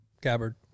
Gabbard